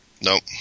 Nope